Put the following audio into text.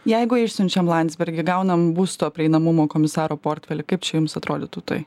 jeigu išsiunčiam landsbergį gaunam būsto prieinamumo komisaro portfelį kaip čia jums atrodytų tai